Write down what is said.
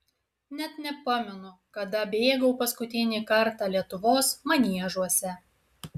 net nepamenu kada bėgau paskutinį kartą lietuvos maniežuose